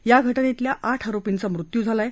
या घटनेतल्या आठ आरोपींचा मृत्यू झाला आहे